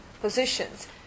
positions